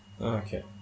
Okay